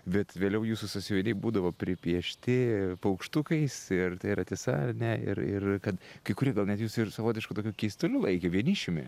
bet vėliau jūsų sąsiuviniai būdavo pripiešti paukštukais ir tai yra tiesa ar ne ir ir kad kai kurie gal net jus ir savotišku tokiu keistuoliu laikė vienišiumi